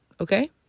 okay